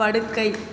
படுக்கை